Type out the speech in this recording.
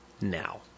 now